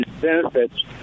benefits